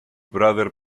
brother